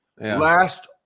last